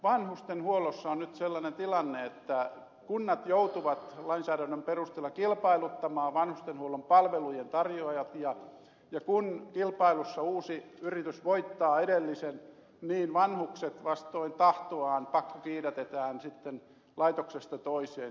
vanhustenhuollossa on nyt sellainen tilanne että kunnat joutuvat lainsäädännön perusteella kilpailuttamaan vanhustenhuollon palvelujen tarjoajat ja kun kilpailussa uusi yritys voittaa edellisen niin vanhukset vastoin tahtoaan pakkokiidätetään sitten laitoksesta toiseen